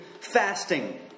fasting